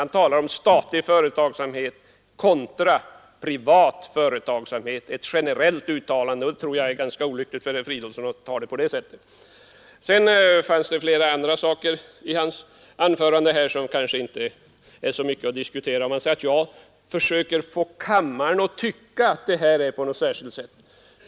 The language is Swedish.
Han gör ett generellt uttalande om statlig företagsamhet kontra privat företagsamhet, och det tror jag är ganska olyckligt för herr Fridolfsson. Sedan fanns det flera saker i hans anförande som det kanske inte är så mycket att diskutera om. Han säger att jag försöker få kammaren att tycka att det här är på något särskilt sätt.